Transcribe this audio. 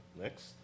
Next